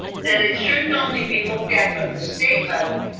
that it shouldn't only be looked at from the state level,